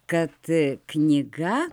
kad knyga